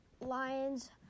Lions